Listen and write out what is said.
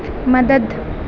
مدد